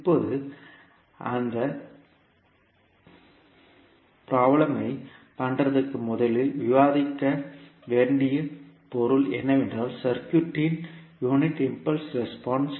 இப்போது இந்த ப்ராப்ளம் ஐ பண்றதுக்கு முதலில் விவாதிக்க வேண்டிய பொருள் என்னவென்றால் சர்க்யூட் இன் யூனிட் இம்பல்ஸ் ரெஸ்பான்ஸ்